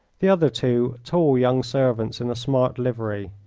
the other two tall young servants in a smart livery.